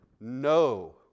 No